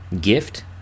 gift